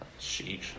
Sheesh